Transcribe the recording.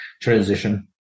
transition